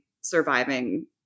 surviving